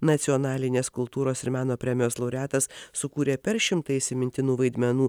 nacionalinės kultūros ir meno premijos laureatas sukūrė per šimtą įsimintinų vaidmenų